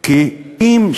כי "אם",